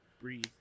breathe